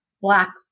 Black